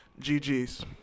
GG's